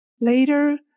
Later